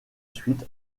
suite